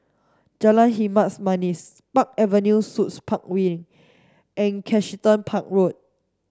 Jalan Hitam Manis Park Avenue Suites Park Wing and Kensington Park Road